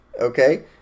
okay